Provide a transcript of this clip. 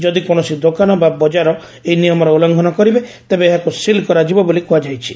ଯଦି କୌଣସି ଦୋକାନ ବା ବଜାର ଏହି ନିୟମର ଉଲ୍କୃଘନ କରିବେ ତେବେ ଏହାକୁ ସିଲ କରାଯିବ ବୋଲିକୁହାଯାଇଛି